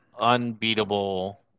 unbeatable